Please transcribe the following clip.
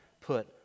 put